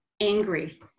angry